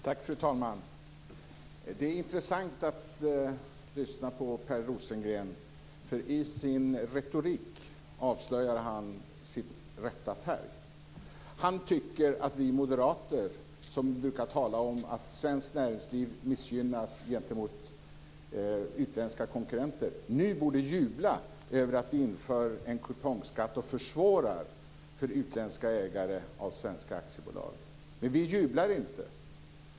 Fru talman! Det är intressant att lyssna på Per Rosengren. I sin retorik avslöjar han sin rätta färg. Han tycker att vi moderater, som brukar tala om att svenskt näringsliv missgynnas gentemot utländska konkurrenter, nu borde jubla över att vi inför en kupongskatt och försvårar för utländska ägare av svenska aktiebolag. Men vi jublar inte.